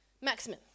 maximum